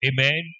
Amen